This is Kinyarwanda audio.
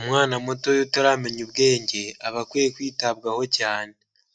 Umwana mutoya utaramenya ubwenge, aba akwiye kwitabwaho cyane.